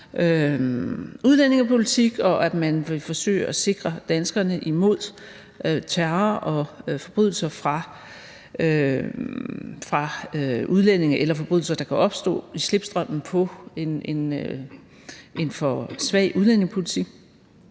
udlændingepolitik, og at man vil forsøge at sikre danskerne imod terror og forbrydelser begået af udlændinge eller forbrydelser, der kan opstå i slipstrømmen på en for svag udlændingepolitik,